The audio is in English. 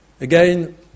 Again